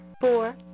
Four